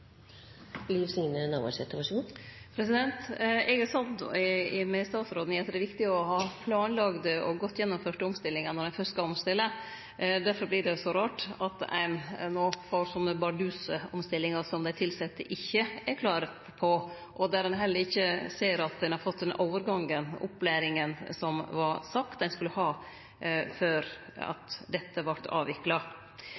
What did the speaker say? Eg er samd med statsråden i at det er viktig å ha planlagde og godt gjennomførte omstillingar når ein fyrst skal omstille. Difor vert det så rart at ein no får slike barduse omstillingar som dei tilsette ikkje er klar over, og der ein heller ikkje ser at ein har fått den overgangen, opplæringa, som det vart sagt ein skulle ha før